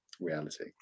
reality